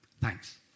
Thanks